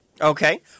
Okay